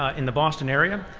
ah in the boston area,